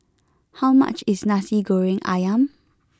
how much is Nasi Goreng Ayam